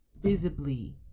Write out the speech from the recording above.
visibly